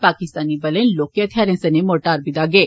पाकिस्तानी बलें लोहकें हथियारें सने मोरटार बी दागे